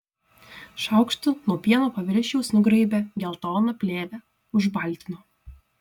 šaukštu nuo pieno paviršiaus nugraibė geltoną plėvę užbaltino